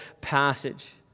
passage